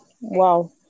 Wow